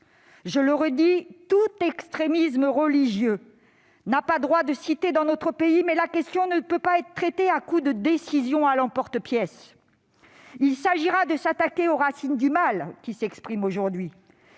Je le redis : aucun extrémisme religieux n'a droit de cité dans notre pays, mais la question ne peut être traitée à coup de décisions à l'emporte-pièce. Il s'agira de s'attaquer aux racines du mal qui s'exprime aujourd'hui